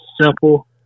simple